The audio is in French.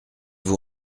vous